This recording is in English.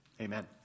Amen